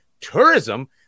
tourism